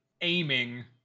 aiming